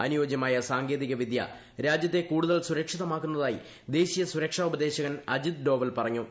അനുയോജ്യമായ സാങ്കേതിക വിദ്യ രാജ്യത്തെ കൂടുതൽ സുരക്ഷിതമാക്കുന്നതായി ദേശീയ സുരക്ഷാ ഉപദേശകൻ അജിത് ഡോവൽ പറഞ്ഞു